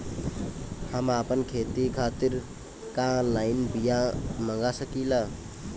हम आपन खेती खातिर का ऑनलाइन बिया मँगा सकिला?